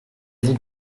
vous